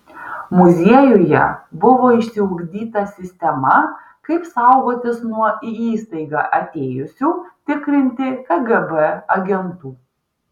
muziejuje buvo išsiugdyta sistema kaip saugotis nuo į įstaigą atėjusių tikrinti kgb agentų